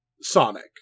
Sonic